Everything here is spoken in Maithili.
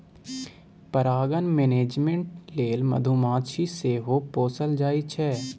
परागण मेनेजमेन्ट लेल मधुमाछी सेहो पोसल जाइ छै